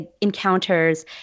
encounters